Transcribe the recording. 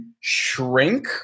shrink